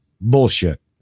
bullshit